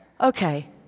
okay